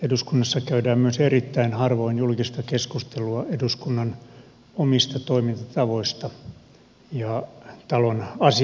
eduskunnassa käydään myös erittäin harvoin julkista keskustelua eduskunnan omista toimintatavoista ja talon asioista